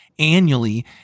annually